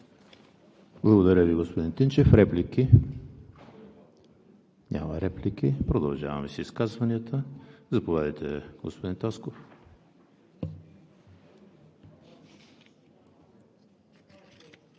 Благодаря Ви, господин Тимчев. Реплики? Няма. Продължаваме с изказванията. Заповядайте, господин Тасков.